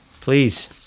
please